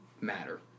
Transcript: matter